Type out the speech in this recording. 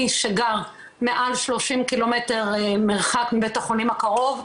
מי שגר מעל 30 ק"מ מרחק מבית החולים הקרוב,